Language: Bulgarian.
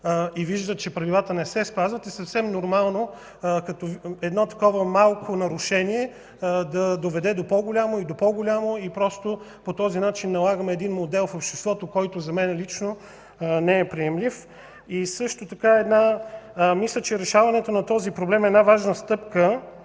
и виждат, че правилата не се спазват, съвсем нормално е едно такова малко нарушение да доведе до по-голямо и до по-голямо. По този начин налагаме модел в обществото, който за мен лично не е приемлив. Мисля, че решаването на този проблем е важна стъпка